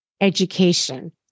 education